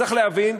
צריך להבין,